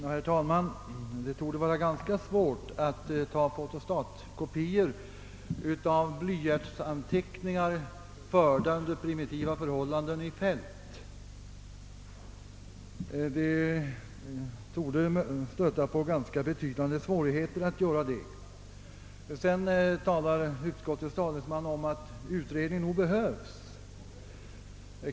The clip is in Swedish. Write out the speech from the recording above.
Herr talman! Det torde vara ganska svårt att ta fotostatkopior av blyertsanteckningar, förda under primitiva förhållanden i fält. Utskottets talesman talar om att utredning nog behövs.